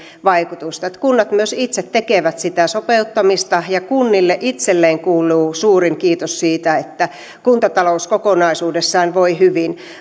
vaikutusta kunnat myös itse tekevät sitä sopeuttamista ja kunnille itselleen kuuluu suurin kiitos siitä että kuntatalous kokonaisuudessaan voi hyvin